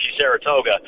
saratoga